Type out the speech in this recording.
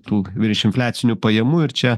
tų virš infliacinių pajamų ir čia